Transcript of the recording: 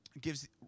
gives